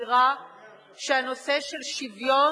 שמבהירה שהנושא של שוויון